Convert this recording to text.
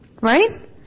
Right